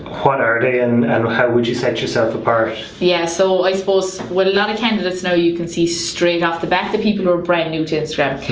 what are they and how would you set yourself apart? yeah so i suppose with a lot of candidates now you can see straight off the bat, the people who are brand new to instagram.